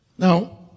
Now